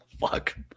Fuck